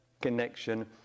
connection